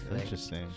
interesting